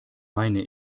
meine